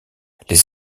les